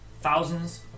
Thousands